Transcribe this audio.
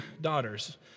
daughters